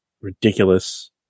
ridiculous